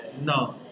No